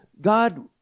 God